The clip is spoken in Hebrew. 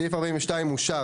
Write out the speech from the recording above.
הסעיף אושר.